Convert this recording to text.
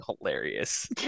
hilarious